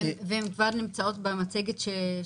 הן כבר נמצאות במצגת?